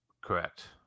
Correct